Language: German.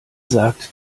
sagt